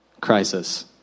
crisis